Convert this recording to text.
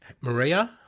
Maria